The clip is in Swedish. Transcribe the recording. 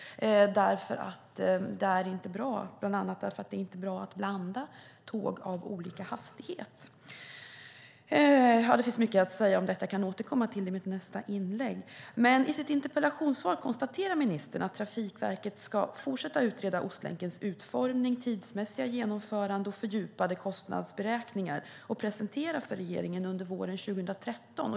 Det är inte bra, bland annat därför att det inte är bra att blanda tåg med olika hastigheter. Det finns mycket att säga om detta, och jag kan återkomma till det i mitt nästa inlägg. I sitt interpellationssvar konstaterar ministern att Trafikverket ska fortsätta att utreda Ostlänkens utformning, tidsmässiga genomförande och fördjupade kostnadsberäkningar och presentera det för regeringen under våren 2013.